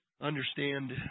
understand